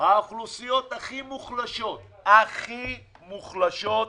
האוכלוסיות הכי מוחלשות, הכי מוחלשות,